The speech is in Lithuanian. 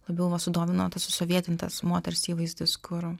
labiau va sudomino tas susovietintas moters įvaizdis kur